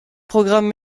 programme